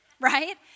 right